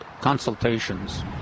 consultations